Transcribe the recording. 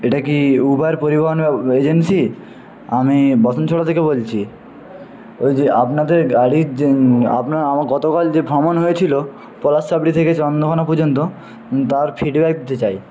এটা কি উবার পরিবহনের এজেন্সি আমি বসন থেকে বলছি আপনাদের গাড়ির যে আপনার আমার গতকাল যে ভ্রমণ হয়েছিল পলাশচাপড়ি থেকে চন্দ্রকোনা পর্যন্ত তার ফিডব্যাক দিতে চাই